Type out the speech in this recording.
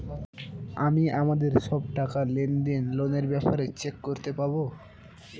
আমি আমাদের সব টাকা, লেনদেন, লোনের ব্যাপারে চেক করতে পাবো